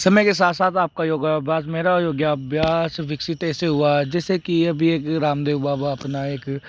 समय के साथ साथ आपका योगाभ्यास मेरा योग अभ्यास विकसित ऐसे हुआ जैसे की अभी एक रामदेव बाबा अपना एक